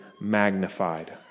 magnified